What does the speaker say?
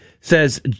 says